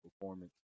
performance